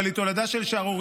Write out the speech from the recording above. אבל היא תולדה של שערורייה,